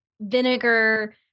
vinegar